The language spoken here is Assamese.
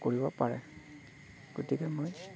কৰিব পাৰে গতিকে মই